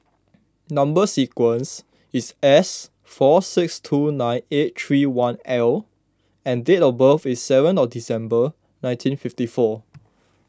Number Sequence is S four six two nine eight three one L and date of birth is seven of December nineteen fifty four